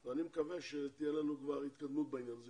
נקיים ישיבה ואני מקווה שתהיה לנו כבר התקדמות בעניין הזה.